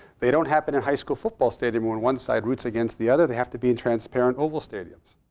they don't happen in high school football stadium when one side roots against the other. they have to be in transparent oval stadiums.